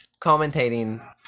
commentating